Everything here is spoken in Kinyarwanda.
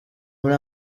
muri